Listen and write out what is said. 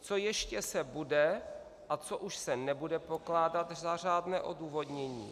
Co ještě se bude a co už se nebude pokládat za řádné odůvodnění?